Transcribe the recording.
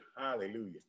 hallelujah